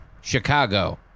Chicago